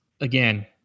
Again